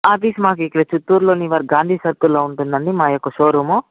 office మాకు ఇక్కడ చిత్తూరులోని గాంధీ నగర్ సర్కిల్లో ఉంటుందండి మా యొక్క షోరూము